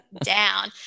down